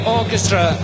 orchestra